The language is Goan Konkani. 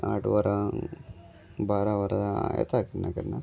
आट वरां बारा वरां येता केन्ना केन्ना